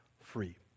free